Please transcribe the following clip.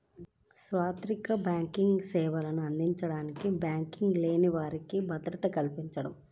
సార్వత్రిక బ్యాంకింగ్ సేవలను అందించడానికి బ్యాంకింగ్ లేని వారికి భద్రత కల్పించడం